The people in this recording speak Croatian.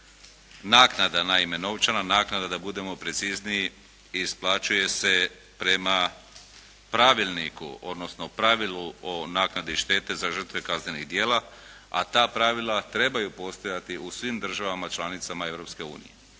naknada naime, novčana naknada da budemo precizniji isplaćuje se prema pravilniku, odnosno pravilu o naknadi štete za žrtve kaznenih djela, a ta pravila trebaju postojati u svim državama članicama